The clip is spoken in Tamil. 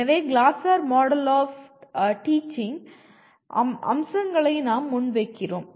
எனவே கிளாசர் மாடல் ஆஃப் டீச்சிங்கின் அம்சங்களை நாம் முன்வைக்கிறோம்